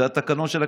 זה התקנון של הכנסת.